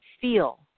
feel